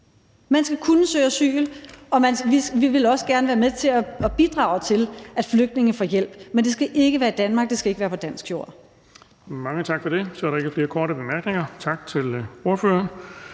Man skal kunne søge asyl, og vi vil også gerne være med til at bidrage til, at flygtninge får hjælp, men det skal ikke være i Danmark, det skal ikke være på dansk jord.